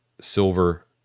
silver